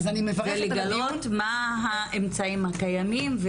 כדי לגלות מה האמצעים הקיימים,